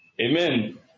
Amen